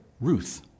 Ruth